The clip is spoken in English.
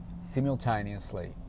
simultaneously